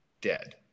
dead